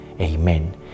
Amen